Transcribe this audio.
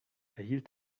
erhielt